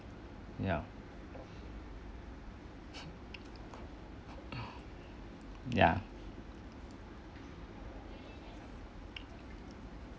ya ya